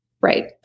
Right